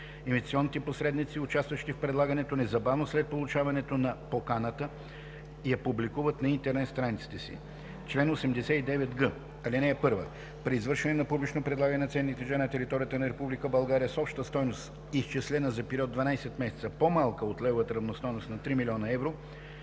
Инвестиционните посредници участващи в предлагането, незабавно след получаването на поканата я публикуват на интернет страниците си. Чл. 89г. (1) При извършване на публично предлагане на ценни книжа на територията на Република България с обща стойност, изчислена за период 12 месеца, по-малка от левовата равностойност на 3 000 000 евро,